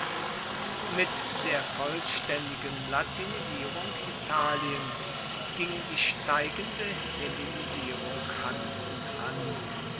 mit der vollständigen latinisierung italiens ging die steigende hellenisierung hand in hand